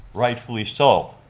rightfully so,